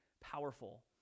powerful